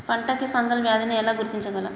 పంట కి ఫంగల్ వ్యాధి ని ఎలా గుర్తించగలం?